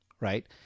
right